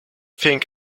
thing